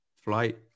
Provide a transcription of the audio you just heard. flight